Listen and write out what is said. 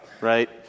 right